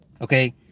Okay